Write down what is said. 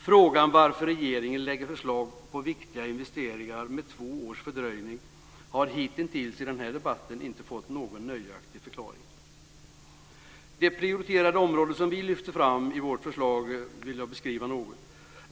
Frågan varför regeringen lägger förslag på viktiga investeringar med två års fördröjning har hitintills i den här debatten inte fått någon nöjaktig förklaring. De prioriterade områden som vi lyfter fram i vårt förslag vill jag beskriva något.